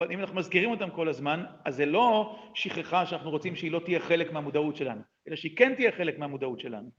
אבל אם אנחנו מזכירים אותם כל הזמן, אז זה לא שכחה שאנחנו רוצים שהיא לא תהיה חלק מהמודעות שלנו, אלא שהיא כן תהיה חלק מהמודעות שלנו.